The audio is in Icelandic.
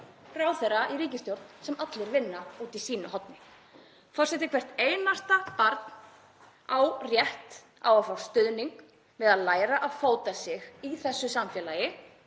ráðherra í ríkisstjórn sem allir vinna úti í sínu horni. Forseti. Hvert einasta barn á rétt á að fá stuðning við að læra að fóta sig í þessu samfélagi